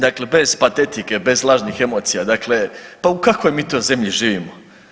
Dakle bez patetike, bez lažnih emocija, dakle pa u kakvoj mi to zemlji živimo?